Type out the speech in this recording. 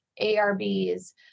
ARBs